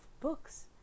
books